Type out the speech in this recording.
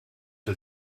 der